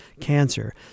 cancer